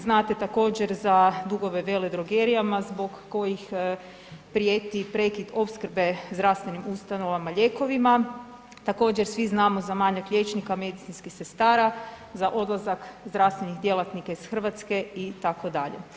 Znate također za dugove veledrogerijama zbog kojih prijeti prekid opskrbe zdravstvenim ustanovama lijekovima, također svi znamo za manjak liječnika i medicinskih sestara, za odlazak zdravstvenih djelatnika iz Hrvatske itd.